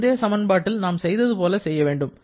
முந்தைய சமன் பாட்டில் நாம் செய்தது போல செய்ய வேண்டும்